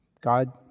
God